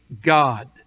God